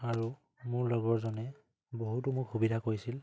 আৰু মোৰ লগৰজনে বহুতো মোক সুবিধা কৰিছিল